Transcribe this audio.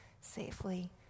safely